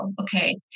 Okay